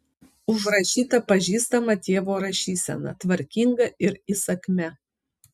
užrašyta pažįstama tėvo rašysena tvarkinga ir įsakmia